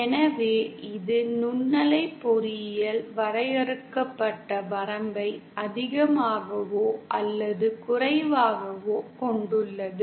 எனவே இது நுண்ணலை பொறியியல் வரையறுக்கப்பட்ட வரம்பை அதிகமாகவோ அல்லது குறைவாகவோ கொண்டுள்ளது